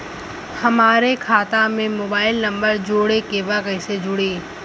हमारे खाता मे मोबाइल नम्बर जोड़े के बा कैसे जुड़ी?